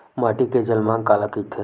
माटी के जलमांग काला कइथे?